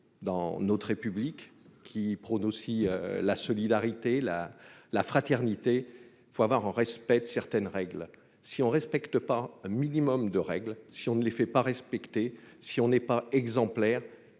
dans notre République, qui prône aussi la solidarité, la, la fraternité, faut avoir respect de certaines règles, si on respecte pas un minimum de règles, si on ne les fait pas respectée si on n'est pas exemplaire,